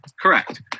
Correct